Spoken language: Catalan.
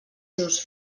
seus